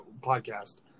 podcast